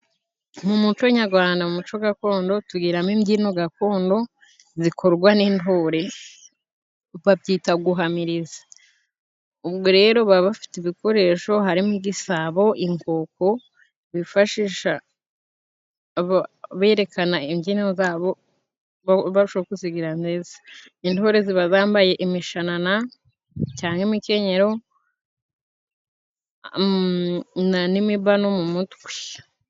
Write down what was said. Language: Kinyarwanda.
Mu muco nyagwanda mu muco gakondo tugiramo imbyino gakondo zikorwa n'intore, babyita guhamiriza. Ubwo rero baba bafite ibikoresho harimo igisabo inkoko bifashisha berekana imbyino zabo, barushaho kuzigira neza. Intore ziba zambaye imishanana cyangwa imikenyero n'imibano mu mutwe.